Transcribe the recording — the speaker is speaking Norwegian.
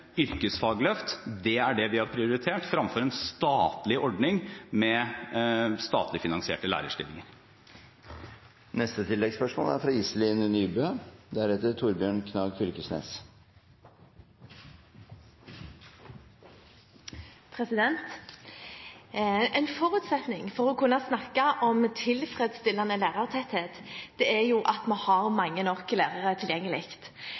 yrkesfagløft. Det er det vi har prioritert, fremfor en ordning med statlig finansierte lærerstillinger. Iselin Nybø – til oppfølgingsspørsmål. En forutsetning for å kunne snakke om tilfredsstillende lærertetthet er at vi har mange nok lærere tilgjengelig.